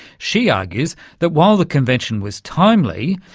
she argues that while the convention was timely,